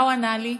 מה הוא ענה לי?